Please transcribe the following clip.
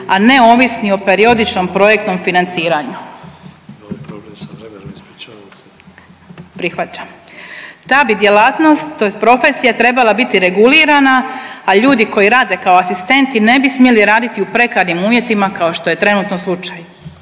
Sanader: Imamo problem sa vremenom, ispričavam se/… Prihvaćam. Ta bi djelatnost tj. profesija trebala biti regulirana, a ljudi koji rade kao asistenti ne bi smjeli raditi u prekarnim uvjetima kao što je trenutno slučaj.